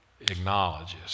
acknowledges